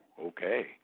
okay